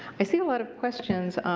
i see a lot of questions.